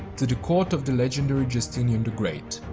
to the court of the legendary justinian the great.